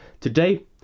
Today